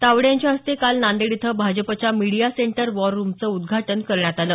तावडे यांच्या हस्ते काल नांदेड इथं भाजपच्या मिडिया सेंटर वॉर रुमचं उद्घाटन करण्यात आलं